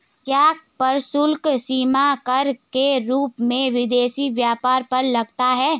क्या प्रशुल्क सीमा कर के रूप में विदेशी व्यापार पर लगता है?